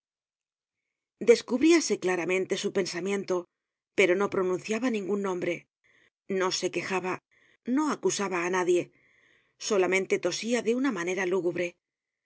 descubríase claramente su pensamiento pero no pronunciaba ningun nombre no se quejaba no acusaba á nadie solamente tosía de una manera lúgubre